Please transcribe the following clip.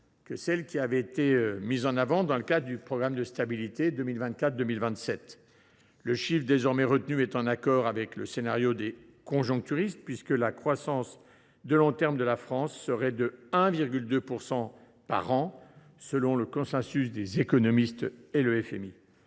que celle qui avait été mise en avant dans le cadre du programme de stabilité pour 2024 2027. Le chiffre désormais retenu est en accord avec le scénario des conjoncturistes, puisque la croissance à long terme de la France serait de 1,2 % par an selon le consensus des économistes et le Fonds